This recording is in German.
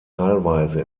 teilweise